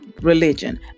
religion